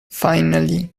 finally